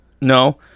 No